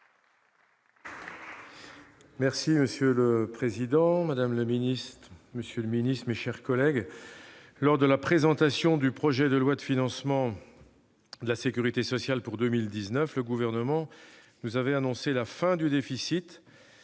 avis. Monsieur le président, madame la ministre, monsieur le secrétaire d'État, mes chers collègues, lors de la présentation du projet de loi de financement de la sécurité sociale pour 2019, le Gouvernement nous avait annoncé la fin du déficit